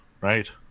right